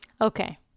Okay